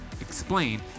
explain